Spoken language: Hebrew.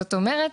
זאת אומרת,